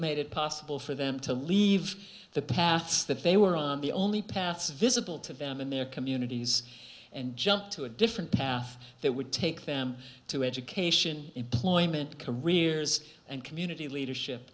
made it possible for them to leave the paths that they were on the only paths visible to them in their communities and jump to a different path that would take them to education employment careers and community leadership